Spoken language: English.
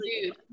dude